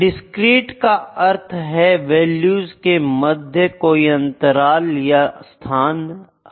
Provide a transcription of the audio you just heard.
discrete का अर्थ है वैल्यूज के मध्य कोई अंतराल या स्थान है